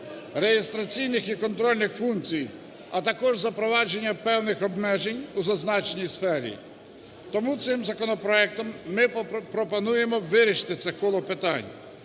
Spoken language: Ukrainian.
реєстраційних і контрольних функцій, а також запровадження певних обмежень у зазначеній сфері. Тому цим законопроектом ми пропонуємо вирішити це коло питань.